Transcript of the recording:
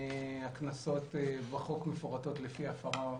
הקנסות בחוק מפורטות לפי הפרה,